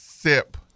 sip